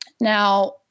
Now